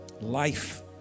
Life